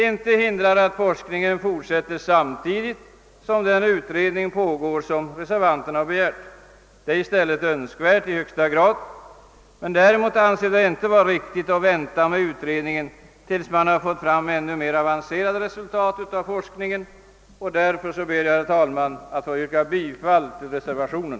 Intet hindrar att forskningen fortsätter samtidigt som den utredning pågår som reservanterna har begärt — det är i stället i högsta grad önskvärt. Däremot anser vi det inte riktigt att vänta med utredningen tills man fått fram mer avancerade resultat av forskningen. Jag ber, herr talman, att få yrka bifall till reservationen.